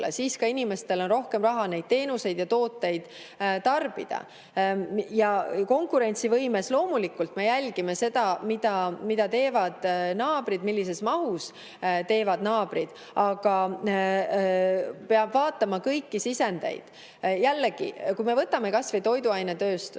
siis ka inimestel on rohkem raha neid teenuseid ja tooteid tarbida. Ja konkurentsivõimes, loomulikult, me jälgime seda, mida teevad naabrid, millises mahus teevad naabrid. Aga peab vaatama kõiki sisendeid. Jällegi, kui me võtame kas või toiduainetööstuse.